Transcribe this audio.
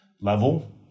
level